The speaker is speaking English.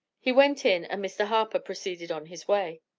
he went in, and mr. harper proceeded on his way.